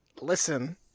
Listen